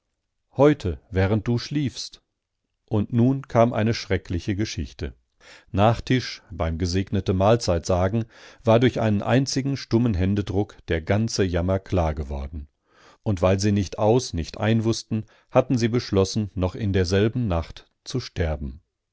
heute während du schliefst und nun kam eine schreckliche geschichte nach tisch beim gesegnete mahlzeit sagen war durch einen einzigen stummen händedruck der ganze jammer klar geworden und weil sie nicht aus nicht ein wußten hatten sie beschlossen noch in derselben nacht zu sterben